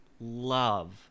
love